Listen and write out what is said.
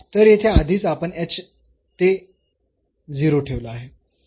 तर येथे आधीच आपण h ते 0 ठेवला आहे